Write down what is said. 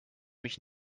mich